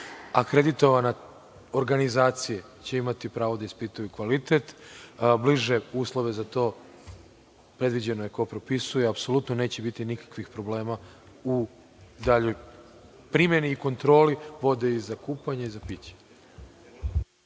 Akreditovane organizacije će imati pravo da ispituju kvalitet, a bliže uslove za to predviđeno je ko propisuje. Apsolutno neće biti nikakvih problema u daljoj primeni i kontroli i vode za kupanje i za piće.